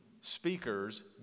speakers